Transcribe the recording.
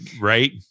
right